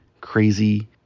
crazy